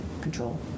control